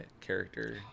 character